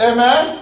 Amen